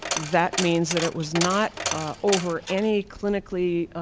that means that it was not over any clinically